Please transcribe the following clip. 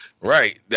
Right